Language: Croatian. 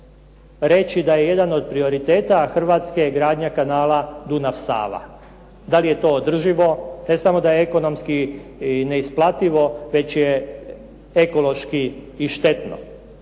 reći da je jedan od prioriteta Hrvatska gradnja kanala Dunav-Sava. Da li je to održivo ne samo da je ekonomski isplativo, nego je ekološki i štetno.